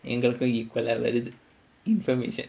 எங்களுக்கும்:engalukkum equal ah வருது:varuthu information